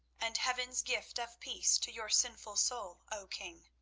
and heaven's gift of peace to your sinful soul, o king.